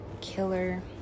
Killer